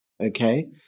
Okay